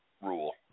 rule